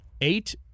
Eight